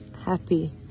happy